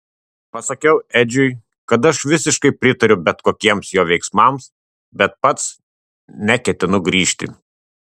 pasakiau edžiui kad aš visiškai pritariu bet kokiems jo veiksmams bet pats neketinu grįžti